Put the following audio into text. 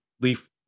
leaf